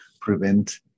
prevent